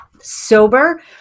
sober